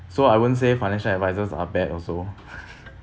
so I won't say financial advisers are bad also